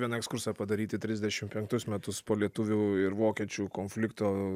vieną ekskursą padaryti trisdešim penktus metus po lietuvių ir vokiečių konflikto